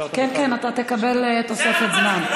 כן, כן, אתה תקבל תוספת זמן.